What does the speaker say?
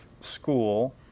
school